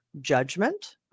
judgment